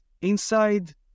inside